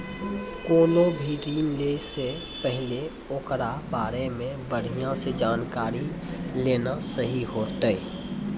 कोनो भी ऋण लै से पहिले ओकरा बारे मे बढ़िया से जानकारी लेना सही होतै